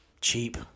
cheap